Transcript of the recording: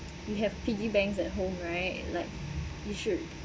you have piggy banks at home right like you should